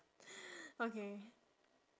okay